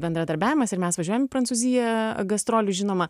bendradarbiavimas ir mes važiuojam į prancūziją gastrolių žinoma